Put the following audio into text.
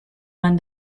when